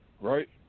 right